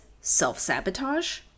self-sabotage